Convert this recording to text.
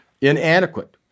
inadequate